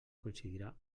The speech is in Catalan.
coincidirà